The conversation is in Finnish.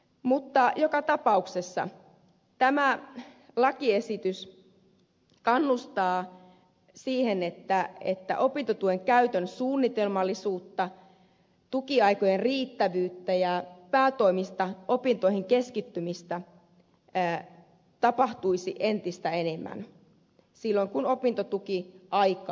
mutta joka tapauksessa tämä lakiesitys kannustaa siihen että opintotuen käytön suunnitelmallisuutta tukiaikojen riittävyyttä ja päätoimista opintoihin keskittymistä tapahtuisi entistä enemmän silloin kun opintotukiaikaa käytetään